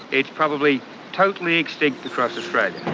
it's probably totally extinct across australia.